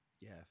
Yes